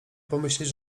pomyśleć